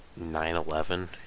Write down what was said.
9/11